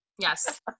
Yes